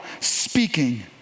speaking